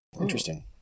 interesting